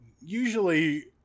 usually